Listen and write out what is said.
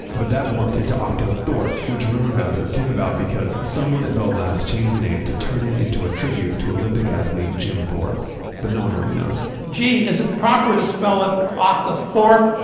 but that morphed into octothorpe, which rumor has it, came about because someone at bell labs changed the name to turn it into a tribute to olympic athlete, jim thorpe but no one really knows. gee, is it proper to spell it octothorpe,